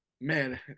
man